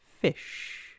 fish